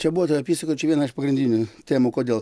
čia buvo toj apysakoj čia viena iš pagrindinių temų kodėl